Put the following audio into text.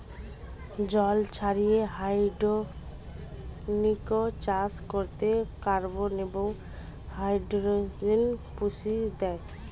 জল ছাড়িয়ে হাইড্রোপনিক্স চাষ করতে কার্বন এবং হাইড্রোজেন পুষ্টি দেয়